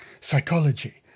psychology